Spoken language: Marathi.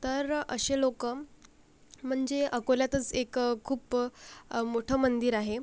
तर असे लोकं म्हणजे अकोल्यातच एक खूप मोठं मंदिर आहे